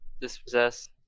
Dispossessed